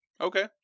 Okay